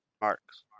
marks